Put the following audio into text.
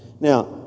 Now